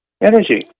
energy